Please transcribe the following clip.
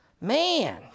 Man